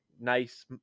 nice